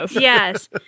Yes